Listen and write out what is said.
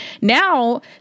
Now